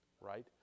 right